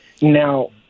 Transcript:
Now